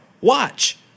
watch